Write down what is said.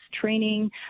training